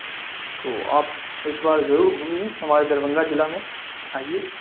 تو آپ ایک بار ضرور گھومیے ہمارے دربھنگہ ضلع میں آئیے